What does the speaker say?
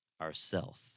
ourself